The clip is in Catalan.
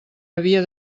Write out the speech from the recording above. havia